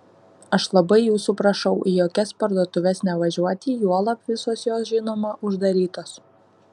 aš labai jūsų prašau į jokias parduotuves nevažiuoti juolab visos jos žinoma uždarytos